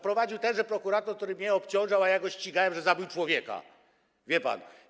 Prowadził tenże prokurator, który mnie obciążał, a ja go ścigałem, że zabił człowieka, wie pan.